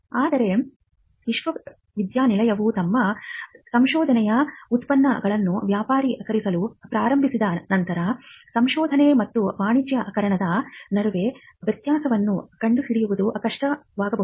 ಆದರೆ ವಿಶ್ವವಿದ್ಯಾನಿಲಯವು ತಮ್ಮ ಸಂಶೋಧನೆಯ ಉತ್ಪನ್ನಗಳನ್ನು ವ್ಯಾಪಾರೀಕರಿಸಲು ಪ್ರಾರಂಭಿಸಿದ ನಂತರ ಸಂಶೋಧನೆ ಮತ್ತು ವಾಣಿಜ್ಯೀಕರಣದ ನಡುವೆ ವ್ಯತ್ಯಾಸವನ್ನು ಕಂಡುಹಿಡಿಯುವುದು ಕಷ್ಟವಾಗಬಹುದು